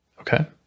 Okay